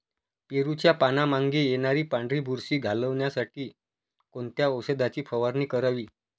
पेरूच्या पानांमागे येणारी पांढरी बुरशी घालवण्यासाठी कोणत्या औषधाची फवारणी करावी?